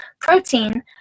protein